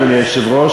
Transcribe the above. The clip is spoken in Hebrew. אדוני היושב-ראש,